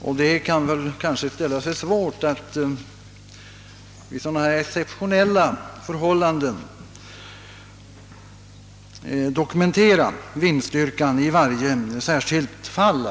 Det torde dock ställa sig svårt att vid exceptionella förhållanden dokumentera vindstyrkan i varje särskilt fall.